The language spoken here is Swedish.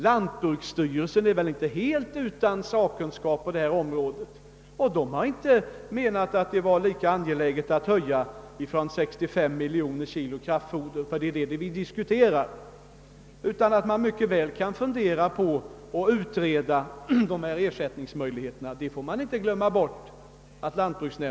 Lantbruksstyrelsen, som väl inte är helt utan sakkunskap på detta område, har inte ansett att det är lika angeläget att höja beredskapslagret av kraftfoder utöver 65 miljoner kilo, utan att man mycket väl kan utreda frågan om ersättningsmöjligheterna. Herr talman!